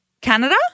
Canada